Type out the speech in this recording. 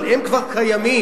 אבל הם כבר קיימים.